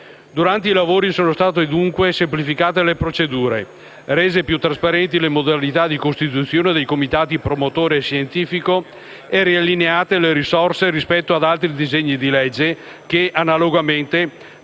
Durante i lavori sono state, dunque, semplificate le procedure, rese più trasparenti le modalità di costituzione dei comitati promotore e scientifico e riallineate le risorse rispetto ad altri disegni di legge che, analogamente,